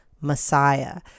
Messiah